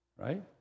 Right